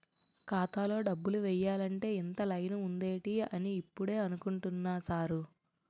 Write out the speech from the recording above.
ఖాతాలో డబ్బులు ఎయ్యాలంటే ఇంత లైను ఉందేటి అని ఇప్పుడే అనుకుంటున్నా సారు